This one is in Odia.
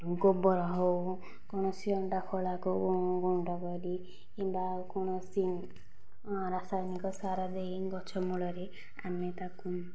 ଗୋବର ହେଉ କୌଣସି ଅଣ୍ଡା ଖୋଳାକୁ ଗୁଣ୍ଡ କରି କିମ୍ବା କୌଣସି ରାସାୟନିକ ସାର ଦେଇ ଗଛ ମୂଳରେ ଆମେ ତାକୁ